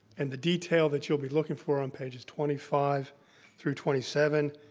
and the detail that you'll be looking for on pages twenty five through twenty seven,